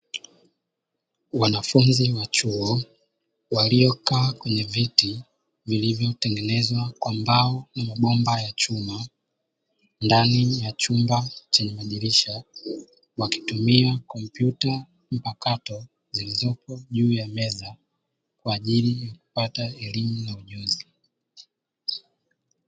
Wanafunzi wa chuo waliokaa kwenye viti vilivyotengenezwa kwa mbao na mabomba ya chuma, ndani ya chumba chenye madirisha wakitumia kompyuta mpakato zilizopo juu ya meza kwa ajili kupata elimu na ujuzi.